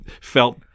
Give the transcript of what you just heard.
felt